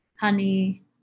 honey